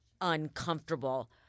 uncomfortable